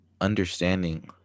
understanding